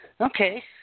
Okay